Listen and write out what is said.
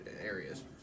areas